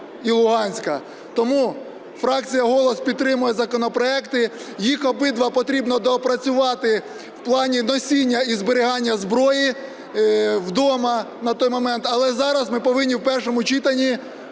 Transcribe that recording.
і Луганська. Тому фракція "Голос" підтримує законопроекти, їх обидва потрібно доопрацювати в плані носіння і зберігання зброї вдома на той момент. Але зараз ми повинні в першому читанні